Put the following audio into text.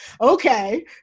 Okay